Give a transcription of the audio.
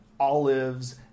Olives